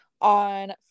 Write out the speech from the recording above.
on